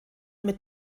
mit